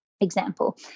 example